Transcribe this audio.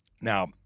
Now